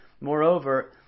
Moreover